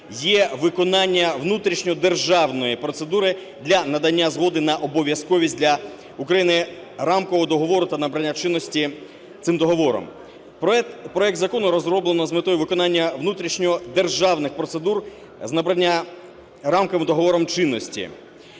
є виконання внутрішньодержавної процедури для надання згоди на обов'язковість для України Рамкового договору та набрання чинності цим договором. Проект закону розроблено з метою виконання внутрішньодержавних процедури з набрання Рамковим договором чинності.